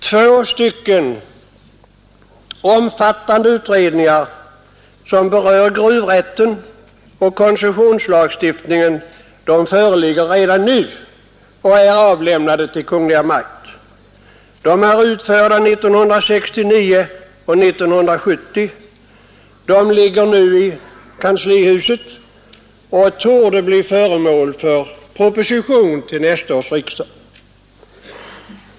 Två stycken omfattande utredningar, som berör gruvrätten och koncessionslagstiftningen, har avlämnat sina betänkanden till Kungl. Maj:t. Utredningarna slutfördes 1969 och 1970. Förslagen ligger nu i kanslihuset och torde bli föremål för proposition till nästa års riksdag.